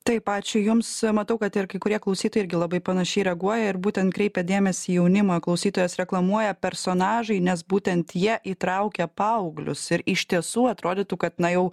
taip ačiū jums matau kad ir kai kurie klausytojai irgi labai panašiai reaguoja ir būtent kreipia dėmesį į jaunimą klausytojas reklamuoja personažai nes būtent jie įtraukia paauglius ir iš tiesų atrodytų kad na jau